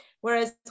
Whereas